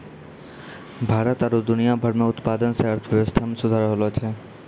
भारत आरु दुनिया भर मे उत्पादन से अर्थव्यबस्था मे सुधार होलो छै